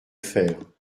faire